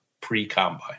pre-combine